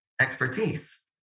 expertise